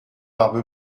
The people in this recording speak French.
barbe